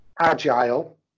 agile